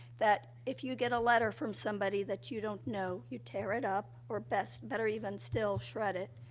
that if you get a letter from somebody that you don't know, you tear it up, or best better even, still, shred it.